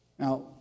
Now